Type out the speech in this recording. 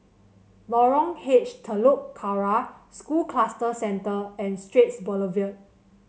Lorong H Telok Kurau School Cluster Centre and Straits Boulevard